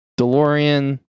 DeLorean